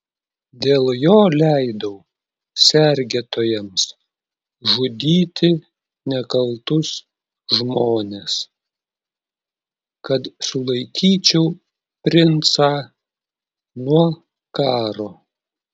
dėl jo leidau sergėtojams žudyti nekaltus žmones kad sulaikyčiau princą nuo karo